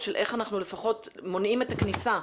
של איך אנחנו לפחות מונעים את הכניסה,